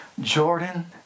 Jordan